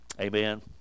amen